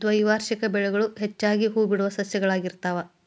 ದ್ವೈವಾರ್ಷಿಕ ಬೆಳೆಗಳು ಹೆಚ್ಚಾಗಿ ಹೂಬಿಡುವ ಸಸ್ಯಗಳಾಗಿರ್ತಾವ